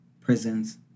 prisons